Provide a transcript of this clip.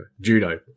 Judo